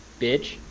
bitch